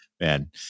Man